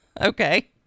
okay